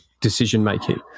decision-making